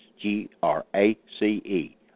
G-R-A-C-E